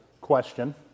question